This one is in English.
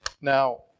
Now